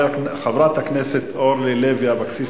חברת הכנסת אורלי לוי אבקסיס,